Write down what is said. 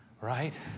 right